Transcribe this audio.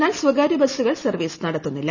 എന്നാൽ സ്വകാര്യ ബസുകൾ സർവ്വീസ് നടത്തുന്നില്ല